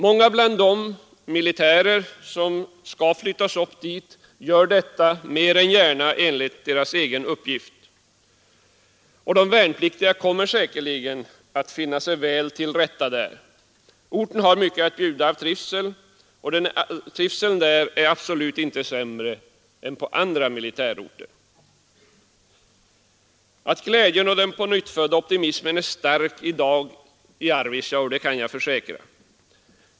Många bland de militärer som skall flyttas upp dit gör detta mer än gärna enligt deras egen uppgift, och de värnpliktiga kommer säkerligen att finna sig väl till rätta där. Orten har mycket att bjuda, och trivseln är där absolut inte sämre än på andra militärorter. Att glädjen och den pånyttfödda optimismen är stark i dag i Arvidsjaur det kan jag försäkra.